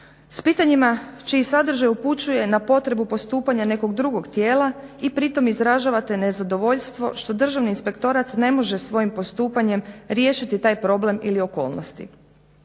"s pitanjima čiji sadržaj upućuje na potrebu postupanja nekog drugog tijela i pri tome izražavate nezadovoljstvo što Državni inspektorat ne može svojim postupanjem riješiti taj problem ili okolnosti.